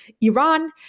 Iran